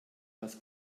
was